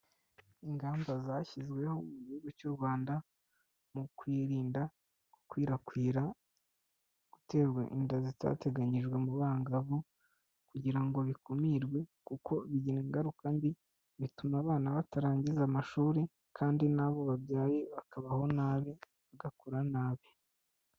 Ingamba zashyizweho mu igihugu cy'u Rwanda mu kwirinda gukwirakwira guterwa inda zitateganyijwe mu bangavu kugira ngo bikumirwe kuko bigira ingaruka mbi bituma abana batarangiza amashuri kandi n'abo babyaye bakabaho nabi bagakura nabi.